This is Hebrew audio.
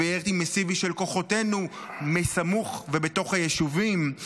מירי מאסיבי של כוחותינו מסמוך ובתוך היישובים,